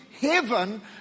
heaven